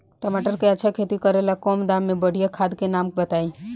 टमाटर के अच्छा खेती करेला कम दाम मे बढ़िया खाद के नाम बताई?